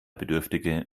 bedürftige